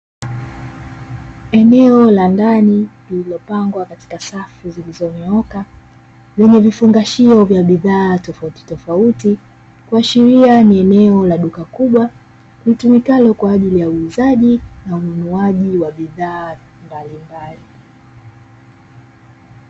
Eneo la ndani lililopangwa katika safu zilizonyooka, yenye vifungashio vya bidhaa tofautitofauti, kuashiria ni eneo la duka kubwa litumikalo kwa ajili ya uuzaji, na ununuaji wa bidhaa mbalimbali.